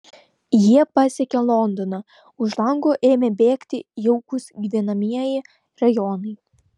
jie pasiekė londoną už lango ėmė bėgti jaukūs gyvenamieji rajonai